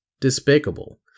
despicable